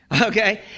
Okay